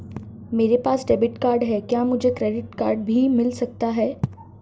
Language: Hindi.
मेरे पास डेबिट कार्ड है क्या मुझे क्रेडिट कार्ड भी मिल सकता है?